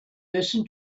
listen